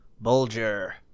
Bulger